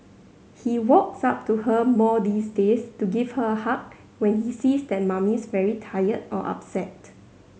he walks up to her more these days to give her a hug when he sees that Mummy's very tired or upset